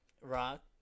Rock